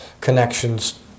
connections